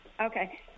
okay